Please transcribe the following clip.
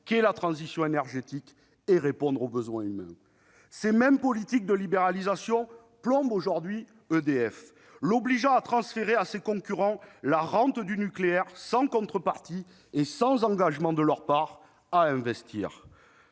qu'est la transition énergétique et répondre aux besoins humains. Ces mêmes politiques de libéralisation plombent aujourd'hui EDF, l'obligeant à transférer à ses concurrents la rente du nucléaire sans contrepartie et sans engagement de leur part à investir.